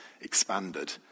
expanded